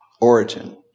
Origin